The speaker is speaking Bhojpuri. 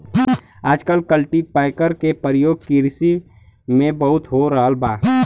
आजकल कल्टीपैकर के परियोग किरसी में बहुत हो रहल बा